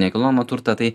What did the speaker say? nekilnojamą turtą tai